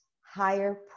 higher